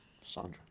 Sandra